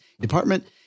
department